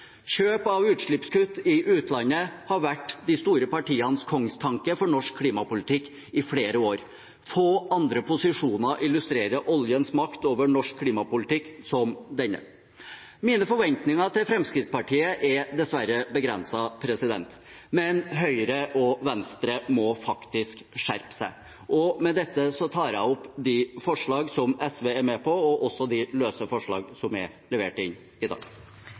kjøp av klimakuttene et annet sted – heller enn å omstille Norge. Kjøp av utslippskutt i utlandet har vært de store partienes kongstanke for norsk klimapolitikk i flere år. Få andre posisjoner illustrerer oljens makt over norsk klimapolitikk som denne. Mine forventninger til Fremskrittspartiet er dessverre begrenset, men Høyre og Venstre må faktisk skjerpe seg. Med dette tar jeg opp forslagene nr. 44–58 og 65–69. Representanten Lars Haltbrekken har tatt opp de